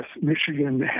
Michigan